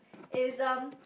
is um